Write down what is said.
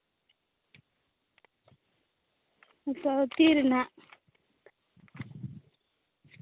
ᱦᱮᱸᱛᱚ ᱛᱤ ᱨᱮᱱᱟᱜ